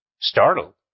Startled